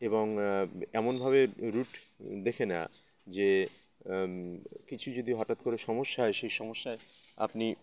এবং এমনভাবে রুট দেখে না যে কিছু যদি হঠাৎ করে সমস্যা হয় সেই সমস্যায় আপনি